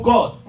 God